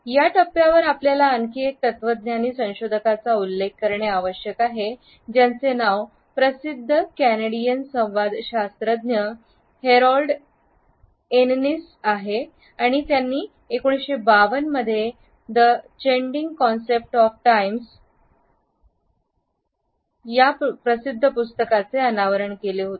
या टप्प्यावर आपल्याला आणखी एक तत्वज्ञानी संशोधकाचा उल्लेख करणे आवश्यक आहे ज्यांचे नाव प्रसिद्ध कॅनेडियन संवादशास्त्रज्ञ हॅरोल्ड इननिस आहे आणि त्यांनी 1952 मध्येv the changing concepts of times या प्रसिद्ध पुस्तकाचे अनावरण केले होते